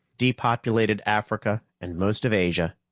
depopulated africa and most of asia,